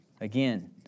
Again